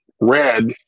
red